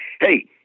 Hey